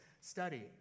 study